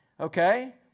Okay